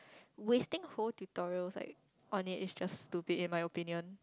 wasting whole tutorials like on it it just to be in my opinion